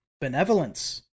Benevolence